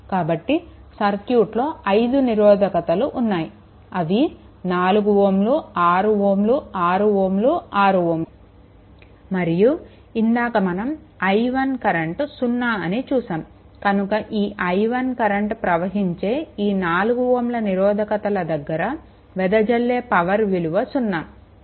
కాబట్టిసర్క్యూట్లో 5 నిరోధకతలు ఉన్నాయి అవి 4 Ω 6 Ω 6 Ω 6 Ω మరియు ఇందాక మనం i1 కరెంట్ 0 అని చూసాము కనుక ఈ i1 కరెంట్ ప్రవహించే ఈ 4 Ωల నిరోధకతల దగ్గర వెదజల్లే పవర్ విలువ 0